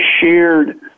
shared